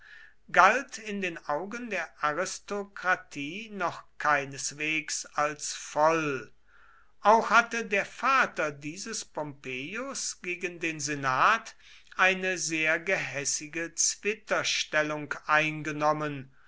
galt in den augen der aristokratie noch keineswegs als voll auch hatte der vater dieses pompeius gegen den senat eine sehr gehässige zwitterstellung eingenommen